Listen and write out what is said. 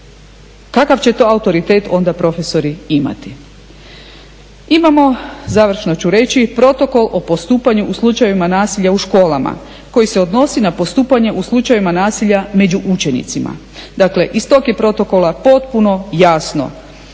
kakav će to autoritet onda profesori imati? Imamo, završno ću reći Protokol o postupanju u slučajevima nasilja u školama koji se odnosi na postupanje u slučajevima nasilja među učenicima. Dakle, iz tog je protokola potpuno jasno